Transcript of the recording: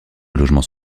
logement